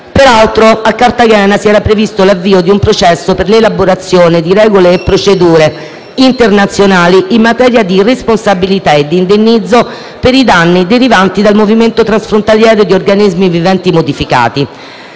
Peraltro, a Cartagena si era previsto l'avvio di un processo per l'elaborazione di regole e procedure internazionali in materia di responsabilità e di indennizzo per i danni derivanti dal movimento transfrontaliero di organismi viventi modificati.